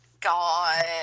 God